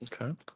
Okay